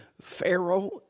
Pharaoh